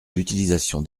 l’utilisation